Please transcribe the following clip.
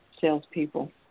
salespeople